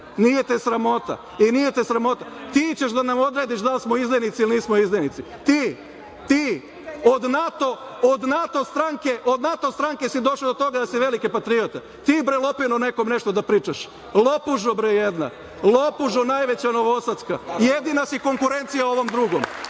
pregovorima. Nije te sramota? Ti ćeš da nam odrediš da li smo izdajnici ili nismo izdajnici? Ti? Od NATO stranke si došao do toga da si veliki patriota. Ti bre, lopino, nekome nešto da pričaš? Lopužo, bre, jedna! Lopužo najveća novosadska! Jedina si konkurencija ovom drugom.